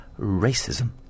Racism